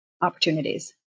opportunities